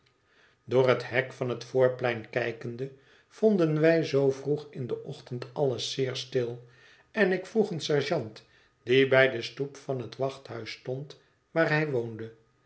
door het hek van het voorplein kijkende vonden wij zoo vroeg in den ochtend alles zeer stil en ik vroeg een sergeant die bij de stoep van het wachthuis stond waar hij woonde